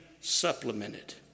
supplemented